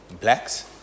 blacks